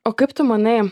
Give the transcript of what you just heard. o kaip tu manai